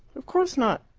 of course not.